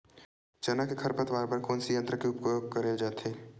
चना के खरपतवार बर कोन से यंत्र के उपयोग करे जाथे?